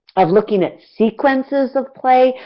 of looking at sequences of play,